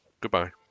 Goodbye